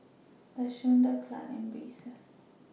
Lashonda Clarke and Brisa